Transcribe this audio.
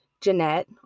Jeanette